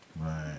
Right